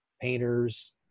painters